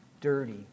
dirty